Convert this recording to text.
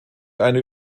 eine